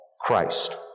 Christ